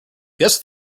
guess